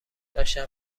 داشتم